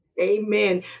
Amen